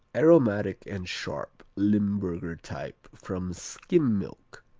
aromatic and sharp, limburger type, from skim milk.